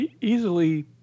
easily